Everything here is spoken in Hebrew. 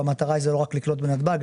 והמטרה היא לא רק לקלוט בנתב"ג,